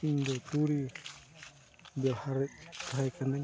ᱤᱧᱫᱚ ᱠᱚᱲᱤ ᱵᱮᱣᱦᱟᱨᱮᱫ ᱛᱟᱦᱮᱸ ᱠᱟᱹᱱᱟᱹᱧ